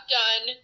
done